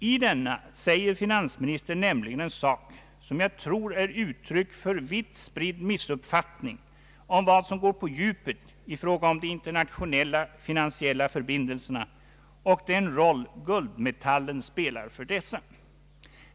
I denna säger finansministern nämligen en sak som jag tror är uttryck för vitt spridd missuppfattning om vad som går på djupet i fråga om de internationella finansiella förbindelserna och den roll guldmetallen spelar för dessa.